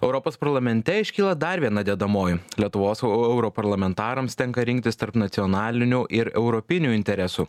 europos parlamente iškyla dar viena dedamoji lietuvos europarlamentarams tenka rinktis tarp nacionalinių ir europinių interesų